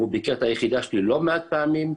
הוא ביקר את היחידה שלי לא מעט פעמים,